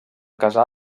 casar